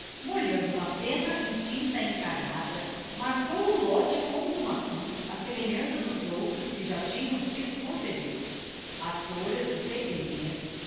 molhando uma penna em tinta encarnada marcou o lote com uma cruz á semelhança dos outros que já tinham sido concedidos as folhas dos requerimentos